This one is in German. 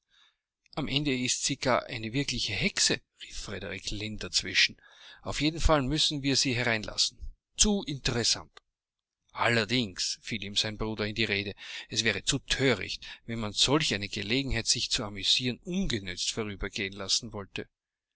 am ende ist sie gar eine wirkliche hexe rief frederick lynn dazwischen auf jeden fall müssen wir sie hereinlassen zu interessant allerdings fiel ihm sein bruder in die rede es wäre zu thöricht wenn man solch eine gelegenheit sich zu amüsieren ungenützt vorübergehen lassen wollte